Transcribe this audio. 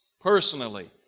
personally